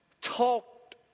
talked